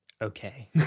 Okay